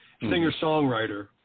singer-songwriter